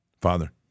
Father